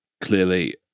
clearly